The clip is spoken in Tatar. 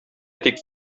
тик